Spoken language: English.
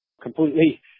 completely